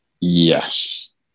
Yes